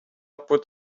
put